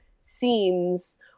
scenes